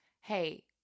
hey